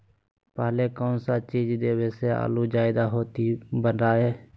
पहले कौन सा चीज देबे से आलू ज्यादा होती बताऊं?